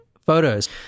photos